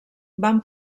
van